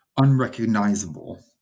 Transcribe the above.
unrecognizable